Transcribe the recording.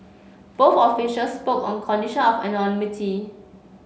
both officials spoke on condition of anonymity